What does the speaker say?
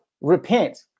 repent